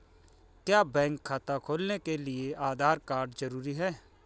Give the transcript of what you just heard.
क्या बैंक खाता खोलने के लिए आधार कार्ड जरूरी है?